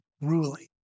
ruling